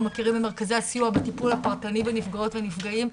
מכירים ממרכזי הסיוע בטיפול הפרטני בנפגעות ונפגעים.